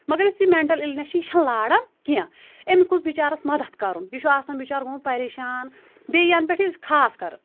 مگر یۄس یہِ مٮ۪نٛٹَل اِلنٮ۪س چھِ یہِ چھِنہٕ لاران کیٚنٛہہ أمِس گوٚژھ بِچارَس مَدد کَرُن یہِ چھُ آسان بِچار گوومُت پَریشان بییہِ یَن پٮ۪ٹھ یہِ خاص کر